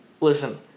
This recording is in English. listen